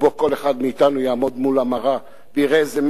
כל אחד מאתנו יעמוד מול המראה ויראה איזה מסר